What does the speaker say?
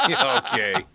Okay